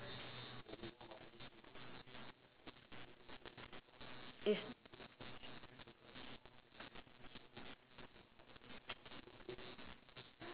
yes